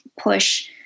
push